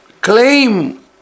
claim